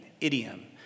idiom